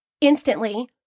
instantly